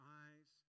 eyes